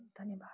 धन्यवाद